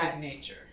nature